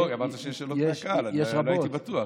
לא, כי אמרת שיש שאלות מהקהל, אז לא הייתי בטוח.